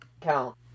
count